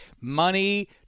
Money